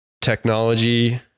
Technology